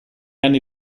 anni